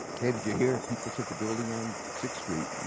hey did you hear people took a building on sixth street?